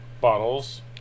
Bottles